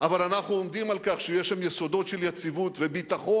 אבל אנחנו עומדים על כך שיהיו שם יסודות של יציבות וביטחון.